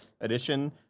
edition